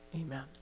amen